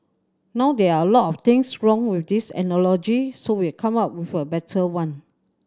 now there are a lot of things wrong with this analogy so we've come up with a better one